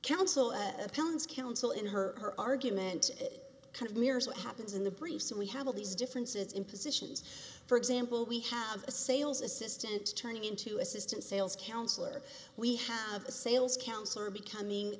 counsel opinions counsel in her argument it kind of mirrors what happens in the briefs and we have all these differences in positions for example we have a sales assistant turning into assistant sales counselor we have a sales counselor becoming